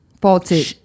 faulty